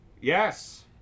Yes